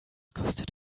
kostet